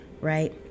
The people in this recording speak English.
Right